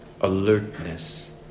alertness